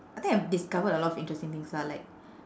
I think I've discovered a lot of interesting things lah like